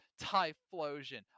Typhlosion